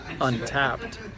untapped